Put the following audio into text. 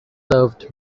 served